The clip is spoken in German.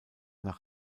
nach